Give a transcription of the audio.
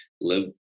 live